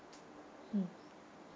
mm